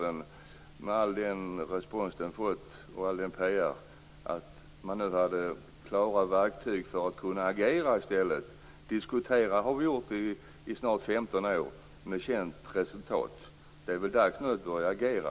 Jag trodde att man genom propositionen, med all den respons och PR som den fått, nu i stället har verktyg klara för att kunna agera. Diskuterat har vi gjort i snart 15 år med känt resultat. Det är väl nu dags att börja agera.